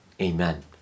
Amen